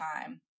time